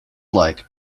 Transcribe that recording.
like